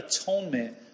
atonement